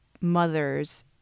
mothers